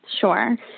Sure